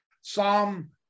Psalm